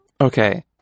Okay